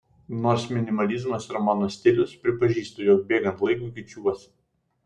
nors minimalizmas yra mano stilius pripažįstu jog bėgant laikui keičiuosi